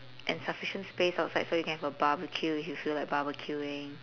and sufficient space outside so you can have a barbecue if you feel like barbecuing